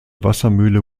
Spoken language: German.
wassermühle